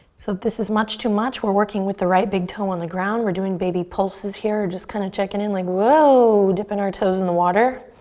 so if this is much too much, we're working with the right big toe on the ground. we're doing baby pulses here, just kind of checking in like whoa, dipping our toes in the water.